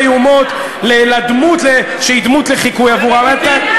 והוא מורכב מחבורה של אופורטוניסטים שלוקחים כספי ציבור ומבזבזים אותו.